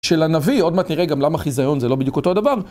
של הנביא, עוד מעט נראה גם למה חיזיון זה לא בדיוק אותו הדבר.